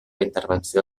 intervenció